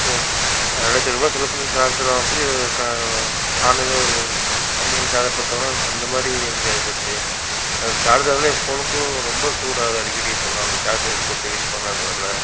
ரெண்டாயிரத்தி ஐநூறுவா செலவு பண்ணி சார்ஜர் வாங்குனதுக்கு ஆன்லைன்லையே ஒரு கம்மி வெலையில சார்ஜர் பாத்தோன்னா இந்த மாரி எனக்கு ஆயி போச்சி அந்த சார்ஜராலே என் ஃபோனுக்கு ரொம்ப சூடாகுது அடிக்கடி இப்பெல்லாம் அந்த சார்ஜரை போட்டு யூஸ் பண்ணதால்